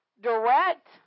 direct